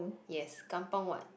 yes kampung what